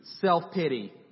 self-pity